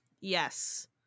Yes